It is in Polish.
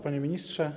Panie Ministrze!